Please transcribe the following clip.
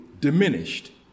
diminished